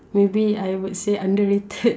maybe I would say underrated